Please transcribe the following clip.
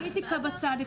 לשים את הפוליטיקה בצד,